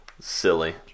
Silly